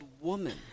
woman